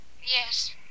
Yes